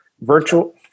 virtual